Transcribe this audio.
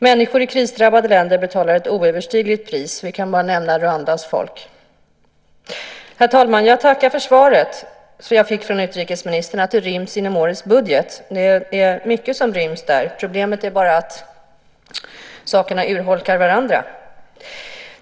Människor i krisdrabbade länder betalar ett oöverstigligt pris. Vi kan bara nämna Rwandas folk. Herr talman! Jag tackar för svaret jag fick från utrikesministern att detta ryms inom årets budget. Det är mycket som ryms där; problemet är bara att sakerna urholkar varandra.